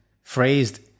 phrased